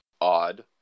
odd